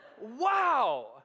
wow